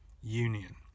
union